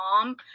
mom